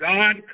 God